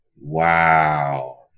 Wow